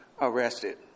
arrested